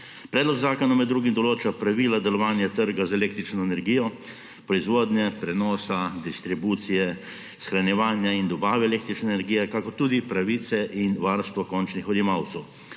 Predlog zakona med drugim določa pravila delovanja trga z električno energijo, proizvodnje, prenosa, distribucije, shranjevanja in dobave električne energije, kakor tudi pravice in varstvo končnih odjemalcev.